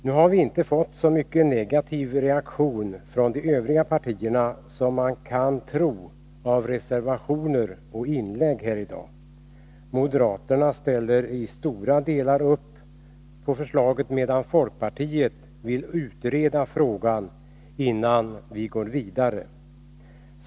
Nu har vi inte fått så mycken negativ reaktion från de övriga partierna som man kan tro av reservationerna och inläggen här i dag. Moderaterna ställer upp på förslaget till stora delar, medan folkpartiet vill utreda frågan innan vi går vidare.